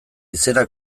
izena